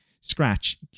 Scratch